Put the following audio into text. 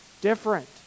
different